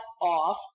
off